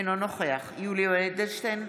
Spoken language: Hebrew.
אינו נוכח יולי יואל אדלשטיין,